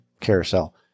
carousel